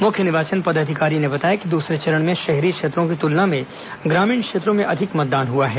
मुख्य निर्वाचन पदाधिकारी ने बताया कि दूसरे चरण में शहरी क्षेत्रों की तुलना में ग्रामीण क्षेत्रों में अधिक मतदान हुआ है